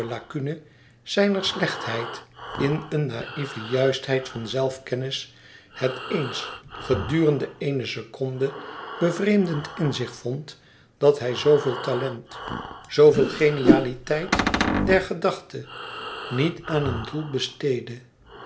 zijner slechtheid in een naïve juistheid van zelfkennis het eens gedurende eene seconde bevreemdend in zich vond dat hij zooveel talent zooveel genialiteit der gedachte niet aan een doel besteedde